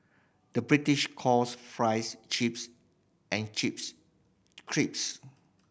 the British calls fries chips and chips crisps